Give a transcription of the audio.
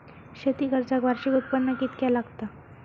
शेती कर्जाक वार्षिक उत्पन्न कितक्या लागता?